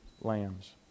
lambs